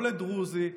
לא לדרוזי,